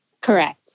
Correct